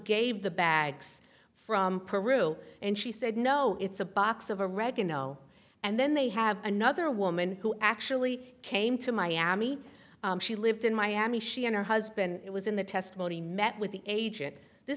gave the bags from peru and she said no it's a box of a reg no and then they have another woman who actually came to miami she lived in miami she and her husband was in the testimony met with the agent this